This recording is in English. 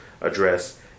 address